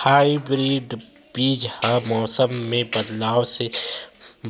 hybrid बीज हा मौसम मे बदलाव से